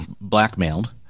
blackmailed